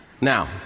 Now